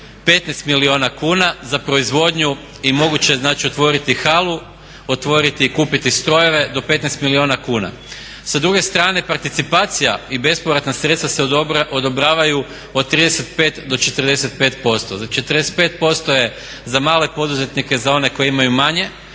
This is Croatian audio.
15 milijuna kuna za proizvodnju i moguće je znači otvoriti halu, otvoriti i kupiti strojeve do 15 milijuna kuna. Sa druge strane participacija i bespovratna sredstva se odobravaju od 35 do 45%. Za 45% je za male poduzetnike za one koji imaju manje